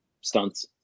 stunts